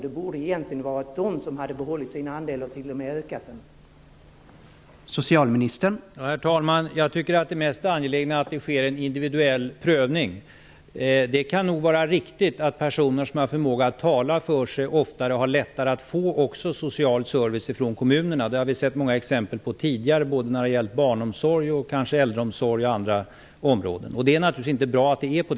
Det borde egentligen ha varit de som fått bibehållen och t.o.m. ökad hemtjänst.